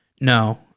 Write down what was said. No